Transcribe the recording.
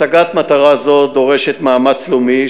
השגת מטרה זו דורשת מאמץ לאומי,